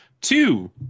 two